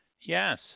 Yes